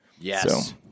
Yes